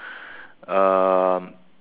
um